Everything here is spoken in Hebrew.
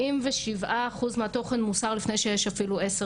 אני חושבת שאנחנו מול הממשלה הגורם שמרכז